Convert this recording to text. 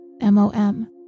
M-O-M